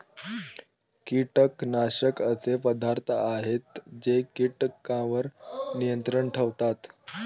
कीटकनाशके असे पदार्थ आहेत जे कीटकांवर नियंत्रण ठेवतात